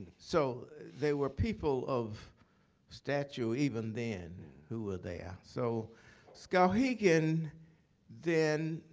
so there were people of statue even then, who were there. so skowhegan then,